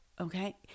Okay